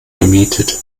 gemietet